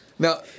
Now